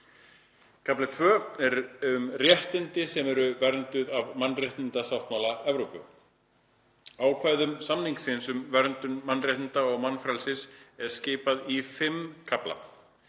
Kafli II. er um réttindi sem eru vernduð af mannréttindasáttmála Evrópu: „Ákvæðum samningsins um verndun mannréttinda og mannfrelsis er skipað í fimm kafla.